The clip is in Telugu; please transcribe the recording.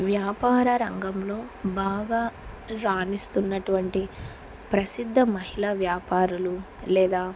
వ్యాపార రంగంలో బాగా రాణిస్తున్నటువంటి ప్రసిద్ధ మహిళ వ్యాపారులు లేదా